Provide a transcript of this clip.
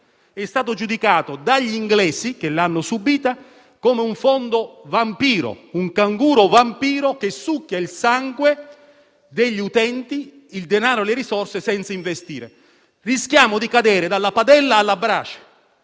è stato giudicato, dagli inglesi che l'hanno subito, come un fondo vampiro, un canguro vampiro che succhia il sangue degli utenti, il denaro e le risorse senza investire. Rischiamo di cadere dalla padella alla brace.